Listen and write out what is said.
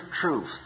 truth